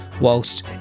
whilst